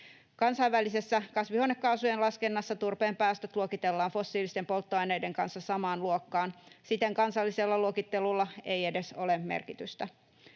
Kansainvälisessä kasvihuonekaasujen laskennassa turpeen päästöt luokitellaan fossiilisten polttoaineiden kanssa samaan luokkaan, siten kansallisella luokittelulla ei edes ole merkitystä.